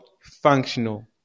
functional